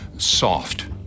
Soft